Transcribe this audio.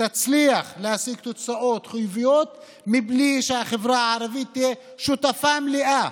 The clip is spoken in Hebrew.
תצליח להשיג תוצאות חיוביות בלי שהחברה הערבית תהיה שותפה מלאה.